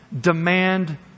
demand